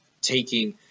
taking